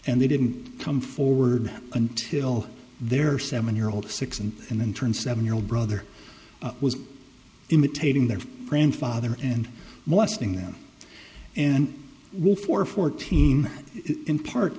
and they didn't come forward until their seven year old six and and then turned seven year old brother was imitating their grandfather and molesting them and will for fourteen in part